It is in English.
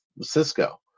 Cisco